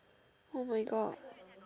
oh my God